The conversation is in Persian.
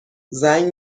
زنگ